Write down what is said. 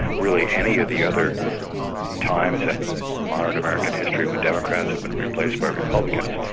really any of the other times in modern american history when democrats have been replaced by republicans,